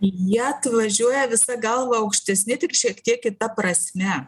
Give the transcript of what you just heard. jie atvažiuoja visa galva aukštesni tik šiek tiek kita prasme